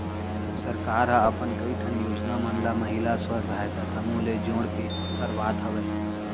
सरकार ह अपन कई ठन योजना मन ल महिला स्व सहायता समूह ले जोड़ के करवात हवय